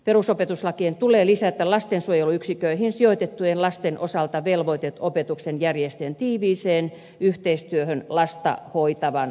perusopetuslakiin tulee lisätä lastensuojeluyksiköihin sijoitettujen lasten osalta velvoite opetuksen järjestäjän tiiviiseen yhteistyöhön lasta hoitavan tahon kanssa